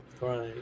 Right